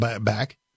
back